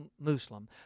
Muslim